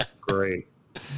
Great